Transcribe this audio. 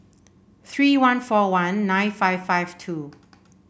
three one four one nine five five two